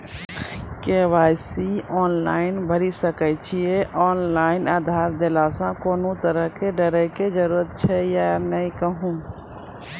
KYC online भैरि सकैत छी, ऑनलाइन आधार देलासॅ कुनू तरहक डरैक जरूरत छै या नै कहू?